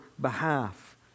behalf